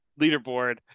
leaderboard